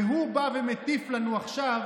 והוא בא ומטיף לנו עכשיו,